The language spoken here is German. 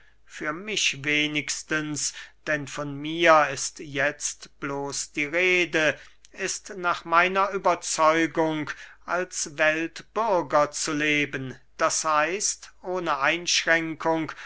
für mich wenigstens denn von mir ist jetzt bloß die rede ist nach meiner überzeugung als weltbürger zu leben das heißt ohne einschränkung